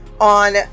on